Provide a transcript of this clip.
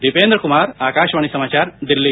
दीपेन्द्र कुमार आकाशवाणी समाचार दिल्ली